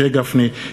משה גפני,